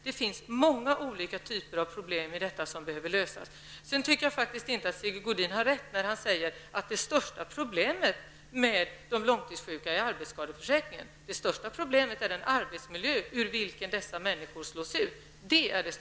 Det finns många olika typer av problem som behöver lösas. Sigge Godin har inte rätt när han säger att det största problemet med de långtidssjukskrivna är arbetsskadeförsäkringen. Det största problemet är den arbetsmiljö ur vilka dessa människor slås ut.